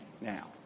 now